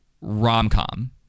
rom-com